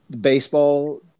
baseball